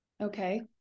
okay